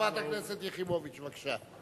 חברת הכנסת יחימוביץ, בבקשה.